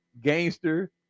gangster